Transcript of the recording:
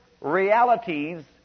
realities